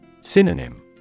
Synonym